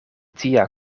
tia